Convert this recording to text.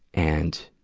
and,